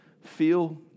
feel